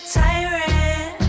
tyrant